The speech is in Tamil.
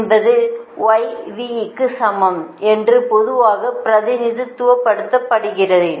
என்பது y V க்கு சமம் என்று பொதுவாக பிரதிநிதித்துவப்படுத்துகிறேன்